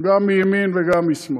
גם מימין וגם משמאל.